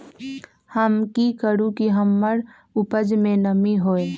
हम की करू की हमार उपज में नमी होए?